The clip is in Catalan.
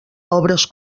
obres